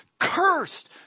cursed